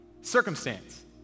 circumstance